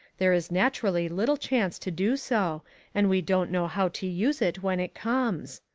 there is naturally little chance to do so and we don't know how to use it when it comes.